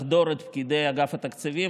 לחדור את פקידי אגף התקציבים.